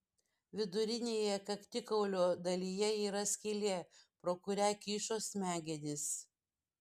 vidurinėje kaktikaulio dalyje yra skylė pro kurią kyšo smegenys